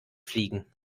fliegen